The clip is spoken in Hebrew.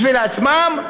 בשביל עצמם,